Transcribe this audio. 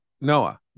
Noah